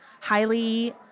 highly